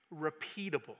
repeatable